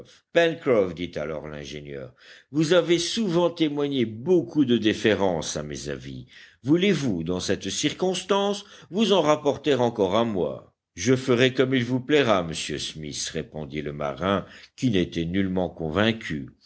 dit alors l'ingénieur vous avez souvent témoigné beaucoup de déférence à mes avis voulez-vous dans cette circonstance vous en rapporter encore à moi je ferai comme il vous plaira monsieur smith répondit le marin qui n'était nullement convaincu